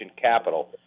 capital